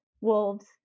wolves